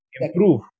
improve